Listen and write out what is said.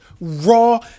raw